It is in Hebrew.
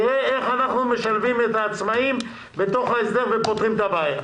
איך אנחנו משלבים את העצמאים בהסדר ופותרים את הבעיה.